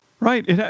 Right